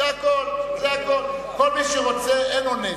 כל מי שרוצה, אין אונס.